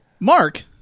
Mark